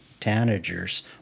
tanagers